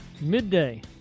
midday